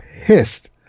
pissed